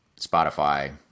Spotify